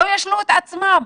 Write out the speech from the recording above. שלא ישלו את עצמם,